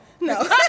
no